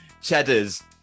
Cheddar's